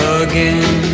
again